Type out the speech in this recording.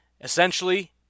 Essentially